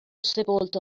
sepolto